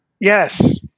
Yes